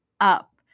up